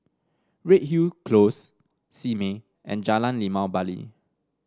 Redhill Close Simei and Jalan Limau Bali